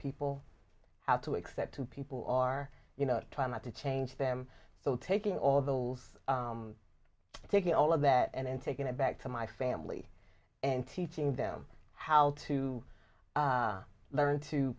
people how to accept who people are you know try not to change them so taking all those taking all of that and taking it back to my family and teaching them how to learn to